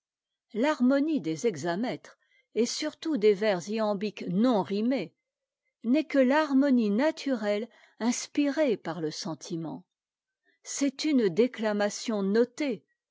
l'harmonie des hexamètres et surtout des vers tambiques non rimés n'est que l'harmonie naturelle inspirée par le sentiment c'est une déclamation notée